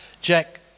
Jack